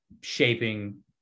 shaping